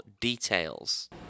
details